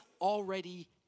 already